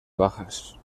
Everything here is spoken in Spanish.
bajas